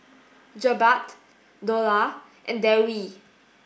Jebat Dollah and Dewi